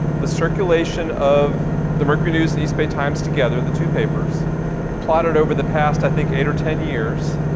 the circulation of the mercury news and the east bay times together, the two papers plotted over the past i think eight or ten years.